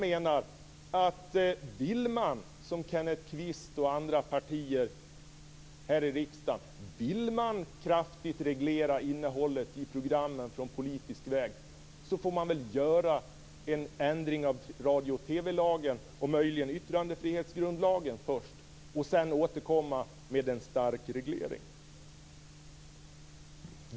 Om man vill, som Kenneth Kvists parti och andra partier här i riksdagen, kraftigt reglera innehållet i programmen på politisk väg får man väl först göra en ändring av radio och TV-lagen, och möjligen i yttrandefrihetsgrundlagen, och sedan återkomma med en stark reglering.